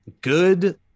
good